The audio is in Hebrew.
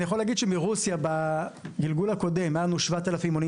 אני יכול להגיד שבגלגול הקודם מרוסיה היו לנו 7,000 עולים